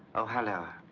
oh, hello.